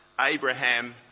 Abraham